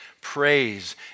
Praise